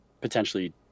potentially